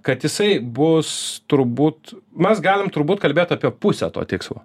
kad jisai bus turbūt mes galim turbūt kalbėt apie pusę to tikslo